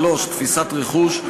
3. תפיסת רכוש,